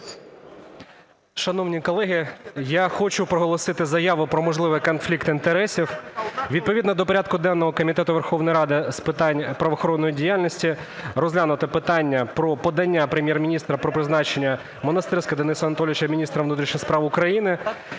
Шановні колеги, я хочу проголосити заяву про можливий конфлікт інтересів. Відповідно до порядку денного Комітету Верховної Ради з питань правоохоронної діяльності розглянуто питання про подання Прем'єр-міністра про призначення Монастирського Дениса Анатолійовича міністром внутрішніх справ України.